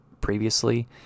previously